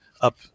up